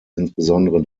insbesondere